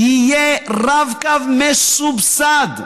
יהיה רב-קו מסובסד.